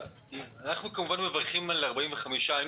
אנחנו כמובן מברכים על קביעת 45 ימים,